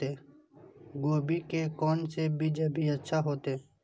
गोभी के कोन से अभी बीज अच्छा होते?